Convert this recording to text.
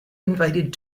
invited